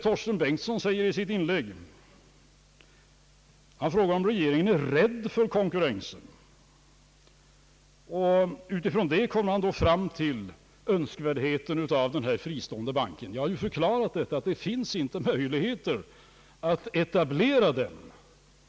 Herr Bengtson frågade i sitt inlägg, om regeringen är rädd för konkurrens. Utifrån det kom han fram till önskvärdheten av den fristående banken. Jag har ju förklarat, att det inte finns möjligheter att etablera den.